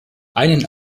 einen